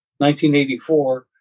1984